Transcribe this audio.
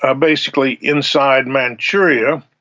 ah basically inside manchuria,